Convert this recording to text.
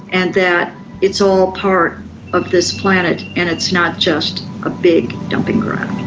and that it's all part of this planet and it's not just a big dumping ground.